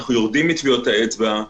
אנחנו יורדים מטביעות האצבע.